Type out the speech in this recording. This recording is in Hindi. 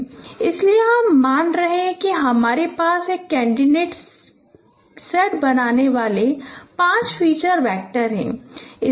इसलिए हम मान रहे हैं कि हमारे पास एक कैंडिडेट सेट बनाने वाले पांच फीचर वैक्टर हैं